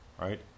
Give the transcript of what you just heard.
right